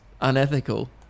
unethical